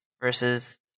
versus